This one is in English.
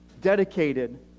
dedicated